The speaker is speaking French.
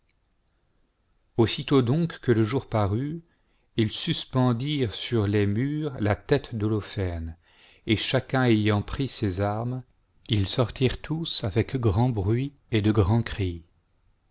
aussitôt donc que le jour parut ils suspendirent sur les murs la tête d'holoferne et chacun ayant pris ses armes ils sortirent tous avec gi'and bruit et de grands cris